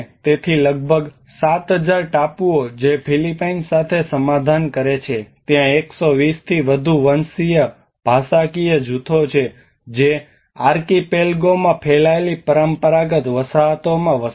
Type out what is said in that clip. તેથી લગભગ 7000 ટાપુઓ જે ફિલિપાઇન્સ સાથે સમાધાન કરે છે ત્યાં 120 થી વધુ વંશીય ભાષાકીય જૂથો છે જે આર્કિપેલગોમાં ફેલાયેલી પરંપરાગત વસાહતોમાં વસે છે